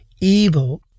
evil